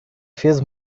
fez